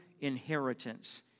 inheritance